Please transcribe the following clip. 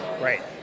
right